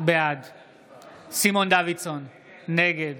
בעד סימון דוידסון, נגד